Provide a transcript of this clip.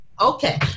Okay